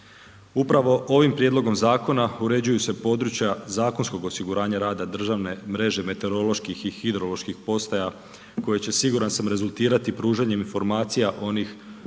Upravo ovim prijedlogom zakona uređuju se područja zakonskog osiguranja rada državne mreže meteoroloških i hidroloških postaja koje će siguran sam rezultirati pružanjem informacija onih pouzdanih